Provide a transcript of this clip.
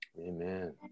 amen